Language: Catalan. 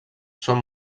són